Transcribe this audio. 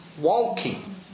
Walking